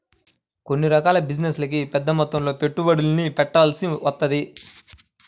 కొన్ని రకాల బిజినెస్లకి పెద్దమొత్తంలో పెట్టుబడుల్ని పెట్టాల్సి వత్తది